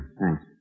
Thanks